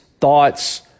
thoughts